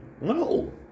No